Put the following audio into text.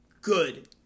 good